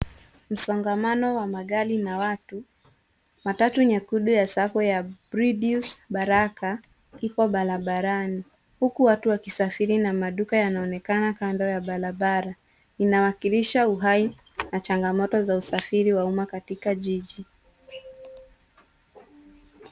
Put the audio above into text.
Msongamano wa magari na watu, matatu nyekundu ya SACCO ya Prudence baraka iko barabarani huku watu wakisafiri na maduka yanaonekana kando ya barabara. Inawakilisha uhai na changa moto za usafiri wa uma katika jiji.